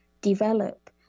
develop